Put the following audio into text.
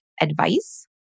advice